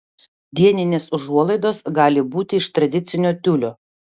dieninės užuolaidos gali būti iš tradicinio tiulio